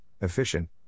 efficient